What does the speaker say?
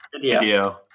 Video